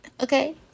Okay